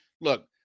Look